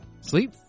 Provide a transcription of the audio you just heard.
Sleep